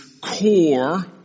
core